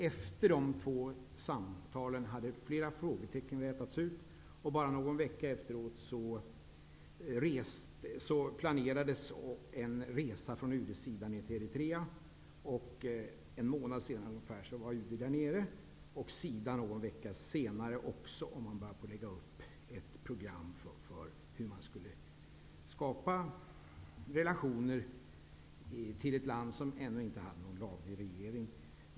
Efter de två samtalen var flera frågetecken uträtade, och bara någon vecka därefter planerades en resa från UD:s sida till Eritrea. Ungefär en månad senare var UD där nere och SIDA efter ytterligare någon vecka. Man började lägga fast ett program för hur relationer till ett land som ännu inte fått en laglig regering skulle kunna skapas.